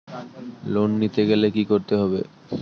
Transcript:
Loan নিতে গেলে কি করতে হবে?